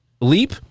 Leap